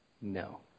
No